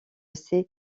ses